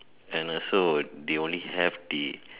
and a so they only have the